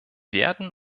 werden